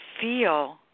feel